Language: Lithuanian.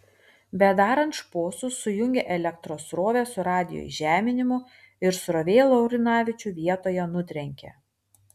bedarant šposus sujungė elektros srovę su radijo įžeminimu ir srovė laurinavičių vietoje nutrenkė